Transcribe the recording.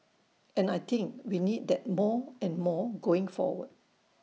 and I think we need that more and more going forward